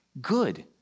good